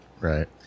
Right